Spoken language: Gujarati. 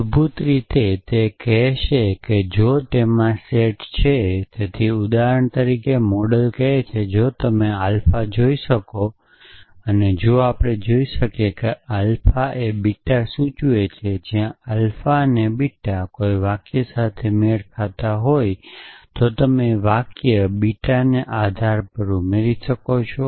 મૂળભૂત રીતે તે કહેશે કે જો તેમાં સમૂહ છે તેથી ઉદાહરણ તરીકે મોડેલ કહે છે કે જો તમે આલ્ફા જોઈ શકો અને જો આપણે જોઈ શકીએ કે આલ્ફા એ બીટાને સૂચવે છે જ્યાં આલ્ફા અને બીટા કોઈપણ વાક્ય સાથે મેળ ખાતા હોય તો તમે વાક્ય બીટાને નોલેજબેઝમાં ઉમેરી શકો છો